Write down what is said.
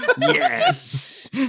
Yes